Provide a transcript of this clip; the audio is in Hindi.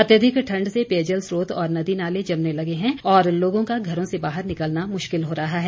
अत्यधिक ठंड से पेयजल स्रोत और नदी नाले जमने लगे हैं और लोगों का घरों से बाहर निकलना मुश्किल हो रहा है